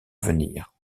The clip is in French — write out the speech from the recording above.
venir